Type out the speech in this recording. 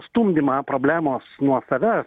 stumdymą problemos nuo savęs